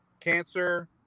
cancer